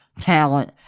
talent